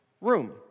room